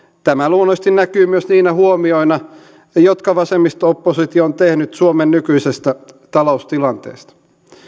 tämä luonnollisesti näkyy myös niinä huomioina jotka vasemmisto oppositio on tehnyt suomen nykyisestä taloustilanteesta